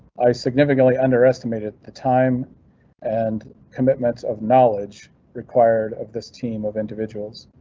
i significantly under estimated the time and commitments of knowledge required of this team of individuals.